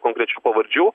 konkrečių pavardžių